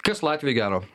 kas latvijoj gero